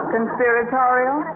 Conspiratorial